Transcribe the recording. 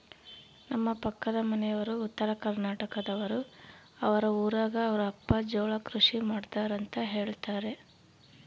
ನಮ್ಮ ಪಕ್ಕದ ಮನೆಯವರು ಉತ್ತರಕರ್ನಾಟಕದವರು, ಅವರ ಊರಗ ಅವರ ಅಪ್ಪ ಜೋಳ ಕೃಷಿ ಮಾಡ್ತಾರೆಂತ ಹೇಳುತ್ತಾರೆ